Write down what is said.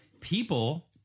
people